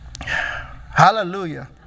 Hallelujah